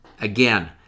Again